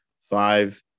Five